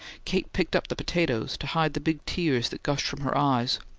kate picked up the potatoes, to hide the big tears that gushed from her eyes,